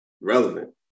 relevant